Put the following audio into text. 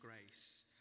grace